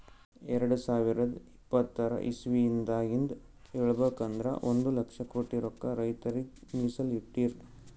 ಎರಡ ಸಾವಿರದ್ ಇಪ್ಪತರ್ ಇಸವಿದಾಗಿಂದ್ ಹೇಳ್ಬೇಕ್ ಅಂದ್ರ ಒಂದ್ ಲಕ್ಷ ಕೋಟಿ ರೊಕ್ಕಾ ರೈತರಿಗ್ ಮೀಸಲ್ ಇಟ್ಟಿರ್